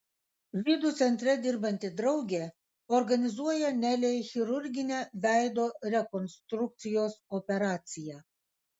žydų centre dirbanti draugė organizuoja nelei chirurginę veido rekonstrukcijos operaciją